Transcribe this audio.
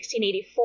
1684